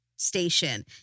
station